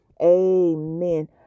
amen